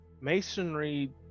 masonry